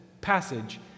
passage